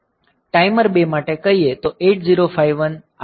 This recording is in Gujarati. ટાઈમર 2 માટે કહીએ તો 8051 આપણી પાસે ટાઈમર 2 નથી